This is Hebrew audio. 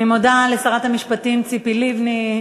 אני מודה לשרת המשפטים ציפי לבני.